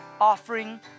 offering